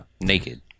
Naked